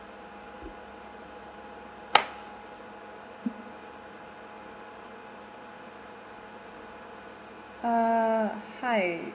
uh hi